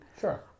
Sure